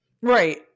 Right